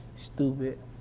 stupid